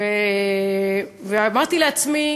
ואמרתי לעצמי: